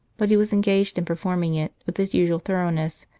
but he was engaged in performing it, with his usual thoroughness,